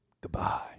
Goodbye